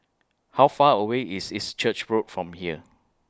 How Far away IS East Church Road from here